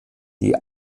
die